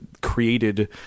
created